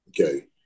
Okay